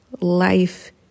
life